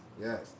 yes